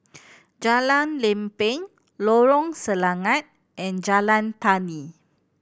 Jalan Lempeng Lorong Selangat and Jalan Tani